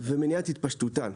ומניעת התפשטותן.